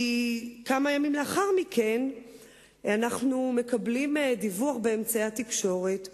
כי כמה ימים לאחר מכן אנחנו מקבלים דיווח באמצעי התקשורת שבעצם,